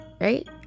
Right